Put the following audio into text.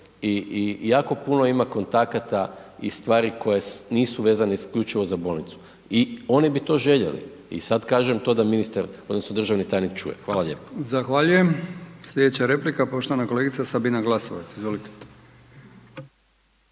i jako puno ima kontakata i stvari koje nisu vezane isključivo za bolnicu i oni bi to željeli i sad kažem to da ministar odnosno državni tajnik čuje. Hvala lijepo. **Brkić, Milijan (HDZ)** Zahvaljujem. Slijedeća replika poštovana kolegica Sabina Glasovac, izvolite.